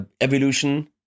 evolution